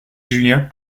julien